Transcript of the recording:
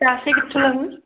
ਪੈਸੇ ਕਿੱਥੋਂ ਲੈਣੇ